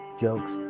jokes